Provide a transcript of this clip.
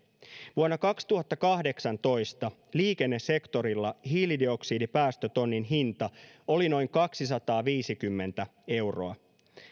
vuonna kaksituhattakahdeksantoista liikennesektorilla hiilidioksidipäästötonnin hinta oli noin kaksisataaviisikymmentä euroa